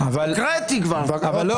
--- מיכאל,